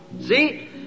See